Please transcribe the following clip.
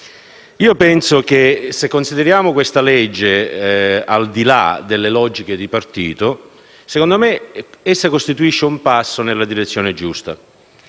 interventi. Se consideriamo questo disegno di legge al di là delle logiche di partito, secondo me esso costituisce un passo nella direzione giusta.